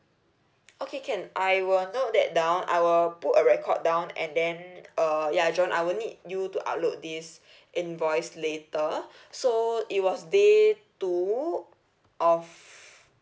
okay can I will note that down I will put a record down and then uh ya john I will need you to upload this invoice later so it was day two of